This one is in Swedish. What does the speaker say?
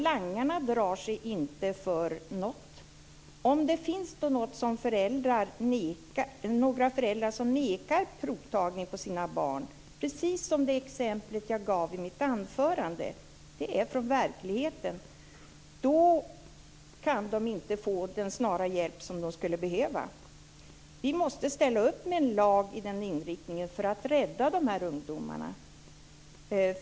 Langarna drar sig inte för något. Om det finns några föräldrar som nekar provtagning på sina barn, precis som i det exempel jag gav i mitt anförande - det är från verkligheten - kan de inte få den snara hjälp som de skulle behöva. Vi måste ställa upp med en lag med den inriktningen för att rädda de här ungdomarna.